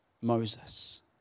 Moses